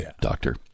doctor